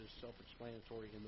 self-explanatory